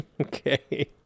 Okay